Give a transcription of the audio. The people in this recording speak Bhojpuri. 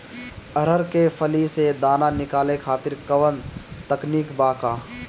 अरहर के फली से दाना निकाले खातिर कवन तकनीक बा का?